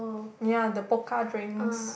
ya the Pokka drinks